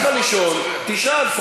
בא לך לישון, תישן.